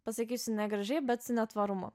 pasakysiu negražiai bet su netvarumu